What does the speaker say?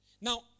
now